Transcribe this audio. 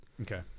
okay